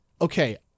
Okay